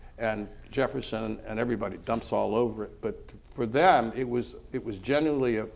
and jefferson and everybody dumps all over it but for them it was it was genuinely